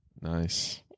Nice